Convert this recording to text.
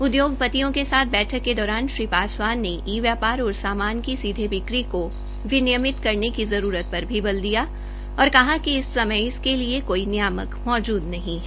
उद्योगपतियों के साथ बैठक के दौरान श्री पासवास के ई व्यापार और सामान सीधे बिक्री को विनियमित करने की जरूरत पर भी बल दिया और कहा कि इस समय इसके लिए कोई नियामक मौजूद नहीं है